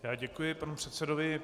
Já děkuji panu předsedovi.